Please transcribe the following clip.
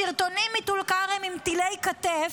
בסרטונים מטול כרם, עם טילי כתף.